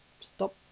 stop